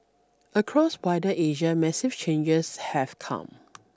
across wider Asia massive changes have come